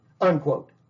unquote